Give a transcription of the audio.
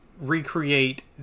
recreate